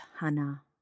Hannah